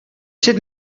zit